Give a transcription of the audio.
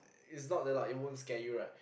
it's not that loud it won't scare you right